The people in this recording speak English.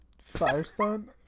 Firestone